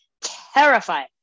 terrified